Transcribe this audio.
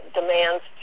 demands